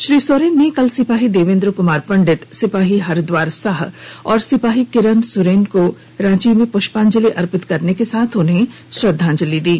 श्री सोरेन ने कल सिपाही देवेन्द्र कुमार पंडित सिपाही हरद्वार साह और सिपाही किरन सुरेन को रांची में पुष्पांजलि अर्पित करने के साथ श्रद्धांजलि दी